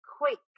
quick